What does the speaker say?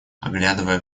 оглядывая